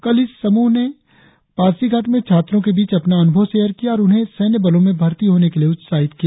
कल इस समूहों में पासीघाट में छात्रों के बीच अपना अनुभव शेयर किया और उन्हें सैन्य बलों में भर्ती होने के लिए उत्साहित किया